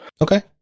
Okay